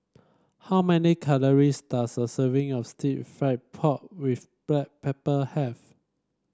how many calories does a serving of stir fry pork with Black Pepper have